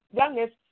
youngest